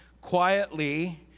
quietly